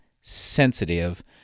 sensitive